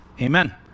amen